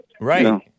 Right